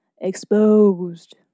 exposed